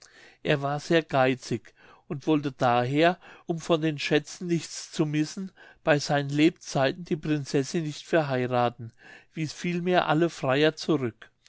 er war sehr geizig und wollte daher um von den schätzen nichts zu missen bei seinen lebzeiten die prinzessin nicht verheirathen wies vielmehr alle freier zurück